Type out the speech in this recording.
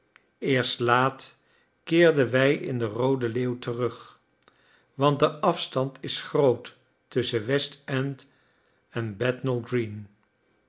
eerst laat keerden wij in de roode leeuw terug want de afstand is groot tusschen westend en bethnal green